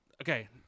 okay